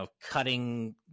cutting –